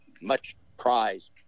much-prized